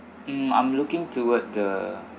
um I'm looking toward the